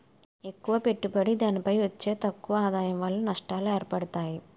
ఎక్కువ పెట్టుబడి దానిపై వచ్చే తక్కువ ఆదాయం వలన నష్టాలు ఏర్పడతాయి